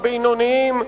הבינוניים,